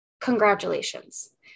Congratulations